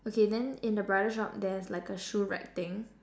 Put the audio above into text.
okay then in the bridal shop there's like a shoe rack thing